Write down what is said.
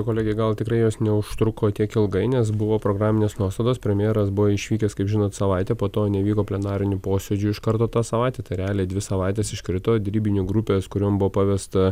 kolege gal tikrai jos neužtruko tiek ilgai nes buvo programinės nuostatos premjeras buvo išvykęs kaip žinot savaitę po to nevyko plenarinių posėdžių iš karto tą savaitę tai realiai dvi savaitės iškrito derybinių grupės kuriom buvo pavesta